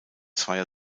zweier